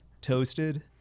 toasted